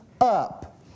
up